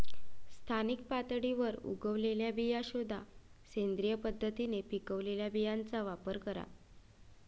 स्थानिक पातळीवर उगवलेल्या बिया शोधा, सेंद्रिय पद्धतीने पिकवलेल्या बियांचा वापर करा